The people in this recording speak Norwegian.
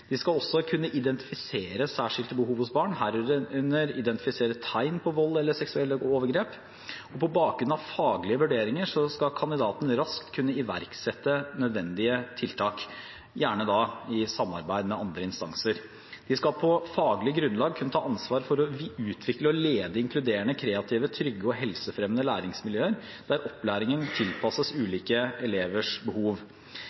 De skal også kunne identifisere særskilte behov hos barn, herunder identifisere tegn på vold eller seksuelle overgrep, og på bakgrunn av faglige vurderinger skal kandidaten raskt kunne iverksette nødvendige tiltak, gjerne i samarbeid med andre instanser. De skal på faglig grunnlag kunne ta ansvar for å utvikle og lede inkluderende, kreative, trygge og helsefremmende læringsmiljøer, der opplæringen tilpasses ulike elevers behov.